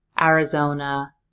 Arizona